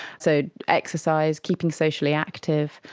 so exercise, keeping socially active,